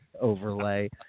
overlay